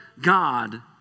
God